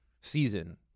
season